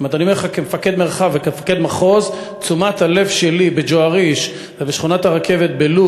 אני אומר לך כמפקד מרחב וכמפקד מחוז: תשומת הלב שלי בג'ואריש